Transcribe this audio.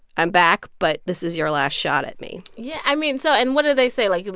i'm back, but this is your last shot at me yeah. i mean, so and what do they say? like,